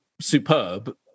superb